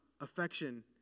affection